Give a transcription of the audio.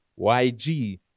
YG